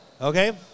okay